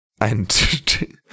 and-